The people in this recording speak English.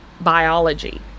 biology